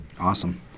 Awesome